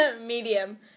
Medium